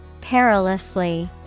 Perilously